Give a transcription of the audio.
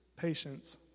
patience